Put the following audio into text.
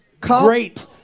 great